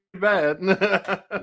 bad